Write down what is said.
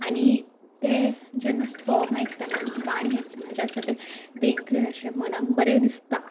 आनी ते जेन्ना साँग आयकतना गाणी आयकतना जे आसा तें वेगळें अशें मनाक बरें दिसता